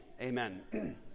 amen